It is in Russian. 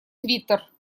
твиттер